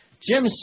Jim